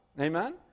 Amen